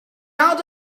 out